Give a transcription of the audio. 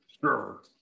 Sure